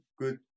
good